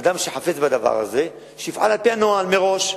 אדם שחפץ בדבר הזה, שיפעל על-פי הנוהל מראש.